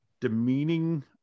demeaning